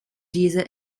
dieser